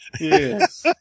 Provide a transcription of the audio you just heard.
Yes